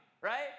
Right